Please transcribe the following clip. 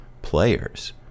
players